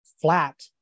flat